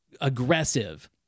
aggressive